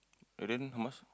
and then how much